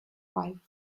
five